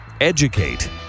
educate